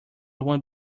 one